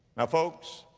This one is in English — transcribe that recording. now folks,